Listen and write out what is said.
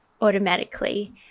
automatically